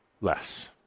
less –